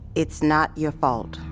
it's not your fault,